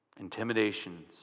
Intimidations